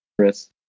Chris